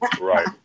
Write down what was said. Right